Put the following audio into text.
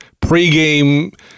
pregame